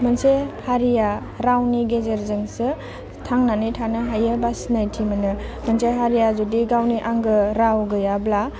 मोनसे हारिया रावनि गेजेरजोंसो थांनानै थानो हायो बा सिनायथि मोनो मोनसे हारिया जुदि गावनि आंगो राव गैयाब्ला